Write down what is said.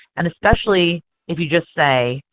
and especially if you just say,